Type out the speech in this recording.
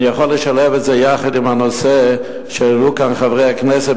אני יכול לשלב את זה עם הנושא שהעלו כאן חברי הכנסת,